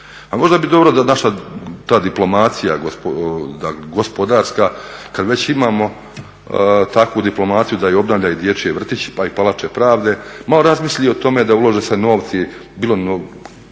možda bi dobro bilo da naša ta diplomacija gospodarska kad već imamo takvu diplomaciju da obnavlja i dječje vrtiće pa i palače pravde malo razmisli o tome da ulože se novci bilo od